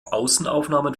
außenaufnahmen